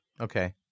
Okay